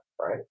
right